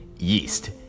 Yeast